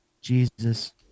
Jesus